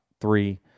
three